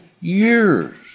years